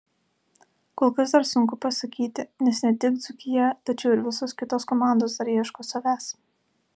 kol kas dar sunku pasakyti nes ne tik dzūkija tačiau ir visos kitos komandos dar ieško savęs